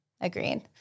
agreed